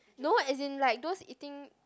no as in like those eating